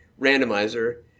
randomizer